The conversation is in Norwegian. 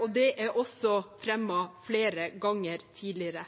og det er også fremmet flere ganger tidligere.